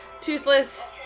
Toothless